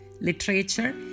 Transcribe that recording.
literature